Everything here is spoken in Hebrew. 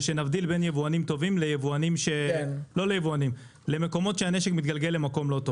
ושנעשה הבחנה בין מקומות טובים למקומות שהנשק מתגלגל למקום לא טוב.